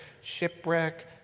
shipwreck